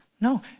No